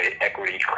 equity